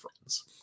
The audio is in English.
friends